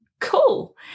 cool